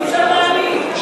אי-אפשר להאמין.